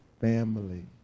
family